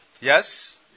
Yes